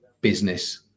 business